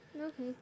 Okay